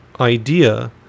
idea